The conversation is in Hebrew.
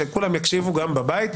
שכולם יקשיבו גם בבית,